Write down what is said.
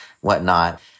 whatnot